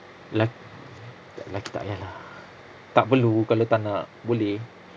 la~ lelaki tak payah lah tak perlu kalau tak nak boleh